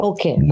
Okay